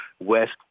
West